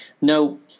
No